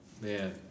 Man